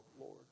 Lord